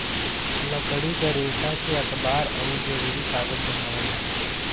लकड़ी क रेसा से अखबार आउर जरूरी कागज बनावल जाला